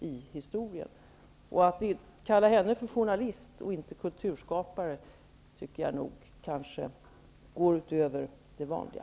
Att kalla Elisabeth Söderström för journalist och inte kulturskapare tycker jag nog går utöver det vanliga.